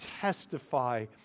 testify